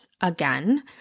again